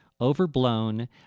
overblown